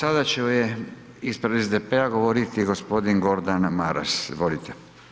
Sada će ispred SDP-a govoriti g. Gordan Maras, izvolite.